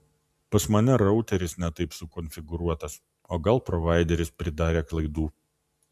pas mane routeris ne taip sukonfiguruotas o gal provaideris pridarė klaidų